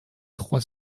trois